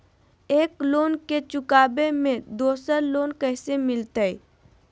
एक लोन के चुकाबे ले दोसर लोन कैसे मिलते?